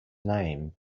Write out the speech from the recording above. name